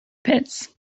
pits